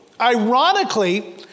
ironically